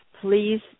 please